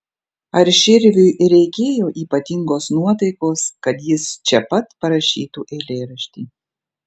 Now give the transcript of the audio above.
ar širviui reikėjo ypatingos nuotaikos kad jis čia pat parašytų eilėraštį